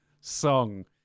song